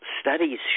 studies